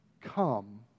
Come